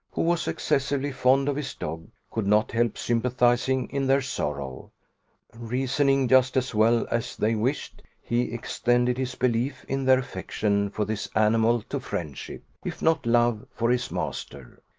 who was excessively fond of his dog, could not help sympathizing in their sorrow reasoning just as well as they wished, he extended his belief in their affection for this animal to friendship, if not love, for his master.